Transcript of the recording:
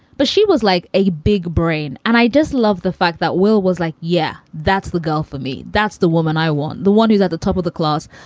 but she was like a big brain. and i just love the fact that will was like, yeah, that's the goal for me. that's the woman i want. the one who's at the top of the class,